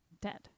Dead